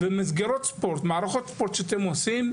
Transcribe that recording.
מסגרות ספורט, מערכות ספורט שאתם עושים,